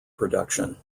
production